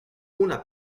una